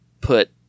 put